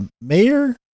mayor